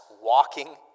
walking